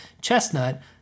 chestnut